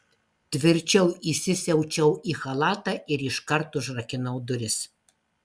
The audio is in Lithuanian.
tvirčiau įsisiaučiau į chalatą ir iškart užrakinau duris